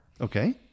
Okay